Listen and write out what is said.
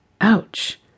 Ouch